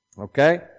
Okay